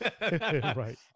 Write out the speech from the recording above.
right